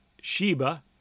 Sheba